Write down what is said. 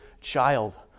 child